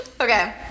okay